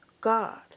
God